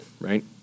right